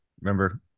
Remember